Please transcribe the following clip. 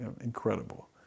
incredible